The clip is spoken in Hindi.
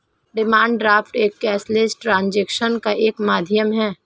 डिमांड ड्राफ्ट एक कैशलेस ट्रांजेक्शन का एक माध्यम है